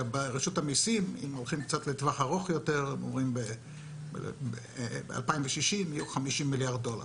ברשות המיסים בטווח ארוך יותר אומרים שיהיו ב-2060 50-45 מיליארד דולר,